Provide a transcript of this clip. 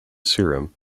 serum